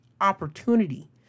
opportunity